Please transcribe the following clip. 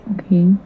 Okay